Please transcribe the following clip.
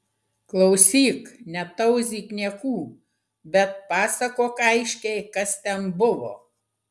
klausyk netauzyk niekų bet pasakok aiškiai kas ten buvo